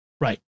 Right